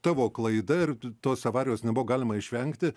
tavo klaida ir tos avarijos nebuvo galima išvengti